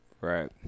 Right